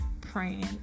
praying